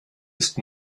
ist